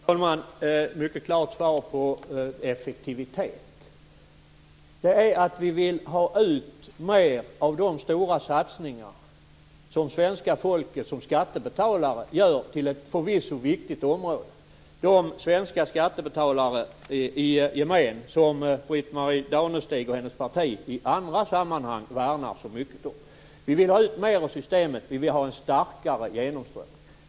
Fru talman! Ett mycket klart svar på frågan vad effektivitet är. Det är att vi vill ha ut mer av de stora satsningar som svenska folket som skattebetalare gör till ett förvisso viktigt område, de svenska skattebetalare i gemen som Britt-Marie Danestig och hennes parti i andra sammanhang värnar. Vi vill har ut mer av systemet. Vi vill ha en starkare genomströmning.